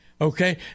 okay